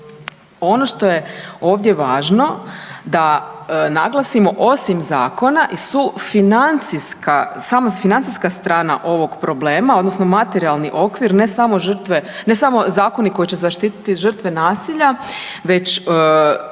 ono što je ovdje važno, da naglasimo osim zakona i sufinancijska, sama financijska strana ovog problema, odnosno materijalni okvir, ne samo žrtve, ne samo zakoni koji će zaštiti žrtve nasilja već